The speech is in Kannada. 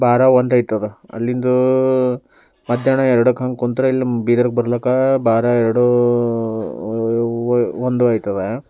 ಬಾರಾ ಒಂದಾಗ್ತದೆ ಅಲ್ಲಿಂದ ಮಧ್ಯಾಹ್ನ ಎರಡಕ್ಕೆ ಹಂಗೆ ಕುಂತ್ರೆ ಇಲ್ಲಿ ಬೀದರ್ ಬರ್ಲಿಕ್ಕೆ ಬಾರ ಎರಡು ಒಂದು ಆಗ್ತದೆ